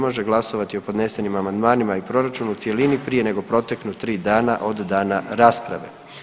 može glasovati o podnesenim amandmanima i proračunu u cjelini prije nego proteknu 3 dana od dana rasprave.